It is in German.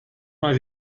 mal